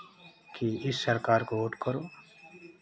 कि इस सरकार को वोट करो